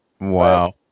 Wow